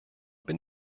bin